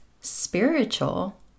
spiritual